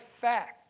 fact